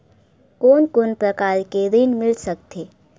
कोन कोन प्रकार के ऋण मिल सकथे?